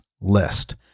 list